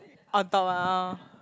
on top ah hor